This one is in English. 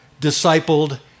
discipled